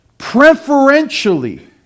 preferentially